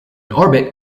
orbit